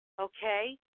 okay